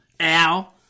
Ow